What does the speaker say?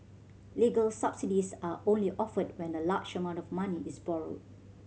legal subsidies are only offered when a large amount of money is borrowed